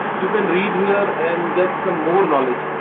you can read here and get some more knowledge.